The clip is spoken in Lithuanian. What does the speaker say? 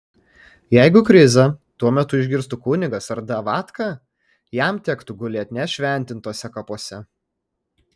jeigu krizą tuo metu išgirstų kunigas ar davatka jam tektų gulėt nešventintuose kapuose